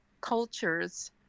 cultures